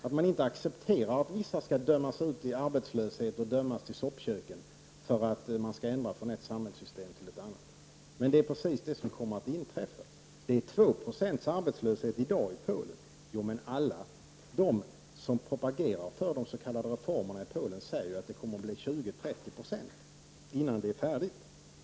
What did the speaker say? Vi accepterar inte att vissa skall dömas ut i arbetslöshet och dömas till soppköken därför att man skall ändra från ett samhällssystem till ett annat. Det är precis detta som kommer att inträffa. Det är 2 70 arbetslöshet i dag i Polen. Men alla de som propagerar för den s.k. reformen i Polen säger att det kommer att bli 20-30 20 arbetslöshet innan det hela är färdigt.